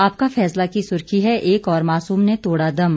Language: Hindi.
आपका फैसला की सुर्खी है एक और मासूम ने तोड़ा दम